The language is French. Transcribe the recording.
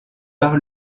par